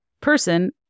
person